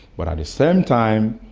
but at the same time,